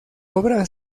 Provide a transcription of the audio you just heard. obra